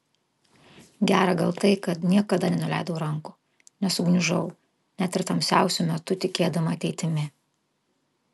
gera gal tai kad niekada nenuleidau rankų nesugniužau net ir tamsiausiu metu tikėdama ateitimi